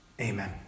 amen